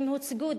והם הוצגו,